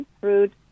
fruit